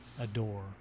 adore